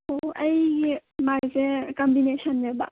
ꯑꯣ ꯑꯩꯒꯤ ꯃꯥꯏꯁꯦ ꯀꯝꯕꯤꯅꯦꯁꯟꯅꯦꯕ